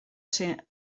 ser